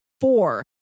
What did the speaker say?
four